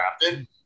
drafted